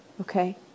okay